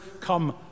come